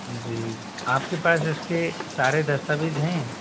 जी आपके पास इसके सारे दस्तावेज हैं